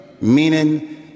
Meaning